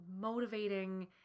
motivating